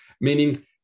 Meaning